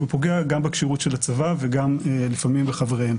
הוא פוגע גם בכשירות של הצבא וגם לפעמים בחבריהם,